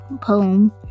Poem